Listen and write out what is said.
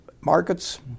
markets